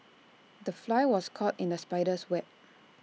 the fly was caught in the spider's web